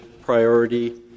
priority